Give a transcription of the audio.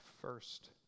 first